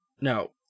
No